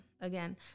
Again